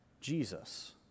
Jesus